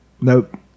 Nope